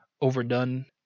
overdone